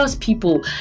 people